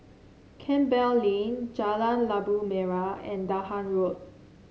Campbell Lane Jalan Labu Merah and Dahan Road